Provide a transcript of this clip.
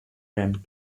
rim